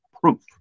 proof